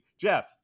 Jeff